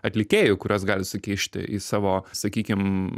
atlikėjų kuriuos gali sukišti į savo sakykim